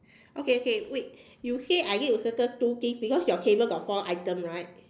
okay okay wait you say I need to circle two things because your table got four item right